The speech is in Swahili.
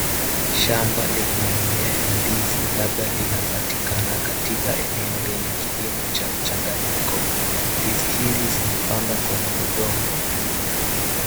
Shamba lenye mimeya ya ndizi labda linapatikana katika eneo lenye kilomo cha mchanganyiko, ndizi hizi zimepandwa kwenye udongo.